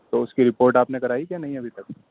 تو اس کی رپورٹ آپ نے کرائی کہ نہیں ابھی تک